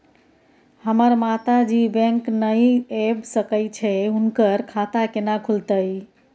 हमर माता जी बैंक नय ऐब सकै छै हुनकर खाता केना खूलतै?